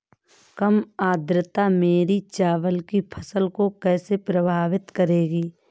कम आर्द्रता मेरी चावल की फसल को कैसे प्रभावित करेगी?